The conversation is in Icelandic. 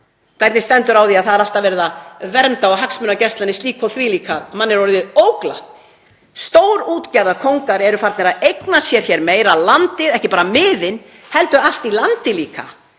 að það er alltaf verið að vernda og hagsmunagæslan er slík og þvílík að manni er orðið óglatt. Stórútgerðarkóngar eru farnir að eigna sér meira á landi, ekki bara miðin heldur allt í landi líka,